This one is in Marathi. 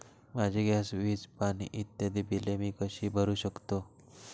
माझी गॅस, वीज, पाणी इत्यादि बिले मी कशी भरु शकतो?